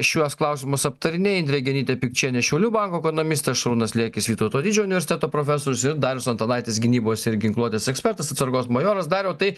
šiuos klausimus aptarinėja indrė genytė pikčienė šiaulių banko ekonomistė šarūnas liekis vytauto didžiojo universiteto profesorius ir darius antanaitis gynybos ir ginkluotės ekspertas atsargos majoras dariau tai